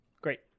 Great